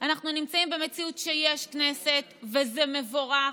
אנחנו נמצאים במציאות שיש כנסת, וזה מבורך,